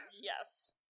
Yes